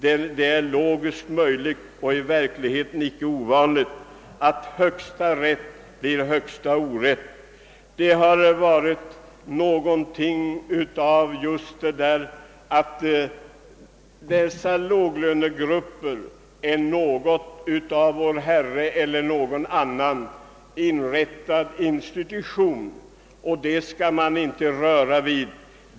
Det är logiskt möjligt och i verkligheten icke ovanligt att högsta rätt blir högsta orätt.» Någonting av detta kan man spåra i det förhållandet att låglönegrupperna tycks vara en av Vår Herre eller någon annan inrättad in stitution, som man inte skall röra vid.